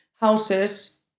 houses